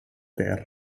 der